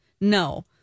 No